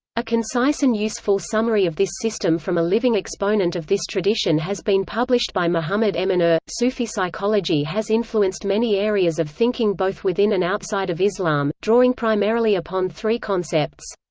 a concise and useful summary of this system from a living exponent of this tradition has been published by muhammad emin er sufi psychology has influenced many areas of thinking both within and outside of islam, drawing primarily upon three concepts.